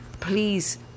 Please